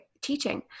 teaching